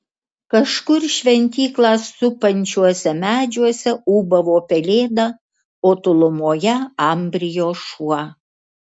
kažkur šventyklą supančiuose medžiuose ūbavo pelėda o tolumoje ambrijo šuo